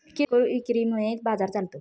किरकोळ विक्री मुळे बाजार चालतो